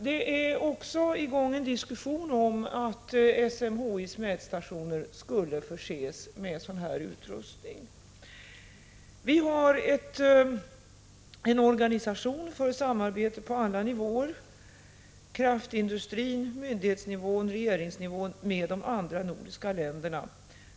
Det pågår också en diskussion om att SMHI:s mätstationer skulle förses med sådan här utrustning. Vi har en organisation för samarbete på alla nivåer — kraftindustri, myndigheter och regering - med de andra nordiska länderna.